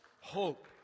Hope